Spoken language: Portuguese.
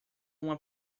uma